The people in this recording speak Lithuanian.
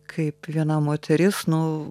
kaip viena moteris nu